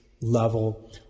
level